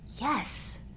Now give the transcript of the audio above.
yes